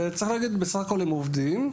שצריך להגיד בסך הכל הם עובדים,